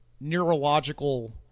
neurological